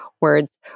words